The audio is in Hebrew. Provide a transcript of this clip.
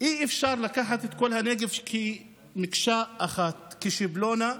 אי-אפשר לקחת את כל הנגב כמקשה אחת, כשבלונה,